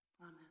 Amen